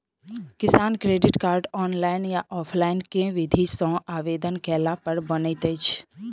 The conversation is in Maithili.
किसान क्रेडिट कार्ड, ऑनलाइन या ऑफलाइन केँ विधि सँ आवेदन कैला पर बनैत अछि?